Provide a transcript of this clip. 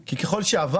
כי ככל שעבר,